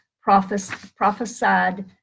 prophesied